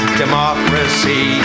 democracy